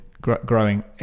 growing